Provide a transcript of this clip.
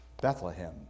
Bethlehem